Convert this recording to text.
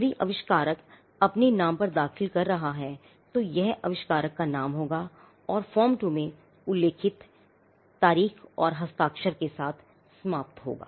यदि आविष्कारक अपने नाम पर दाखिल कर रहा है तो यह आविष्कारक का नाम होगा और यह form 2 में उल्लेखित तारीख और हस्ताक्षर के साथ समाप्त होगा